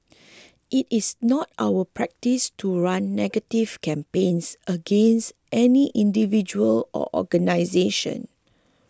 it is not our practice to run negative campaigns against any individual or organisation